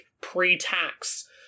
pre-tax